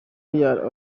real